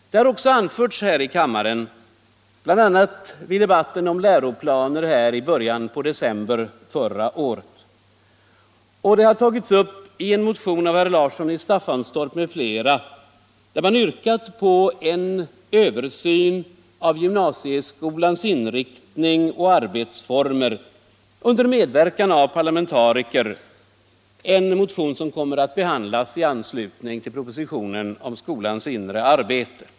Detta har också anförts här i kammaren, bl.a. i debatten om läroplaner i början av december förra året, och det har tagits upp i en motion av herr Larsson i Staffanstorp m.fl., där man yrkat på en översyn av gymnasieskolans inriktning och arbetsformer under medverkan av parlamentariker — en motion som kommer att behandlas i anslutning till diskussionen om skolans inre arbete.